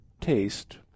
taste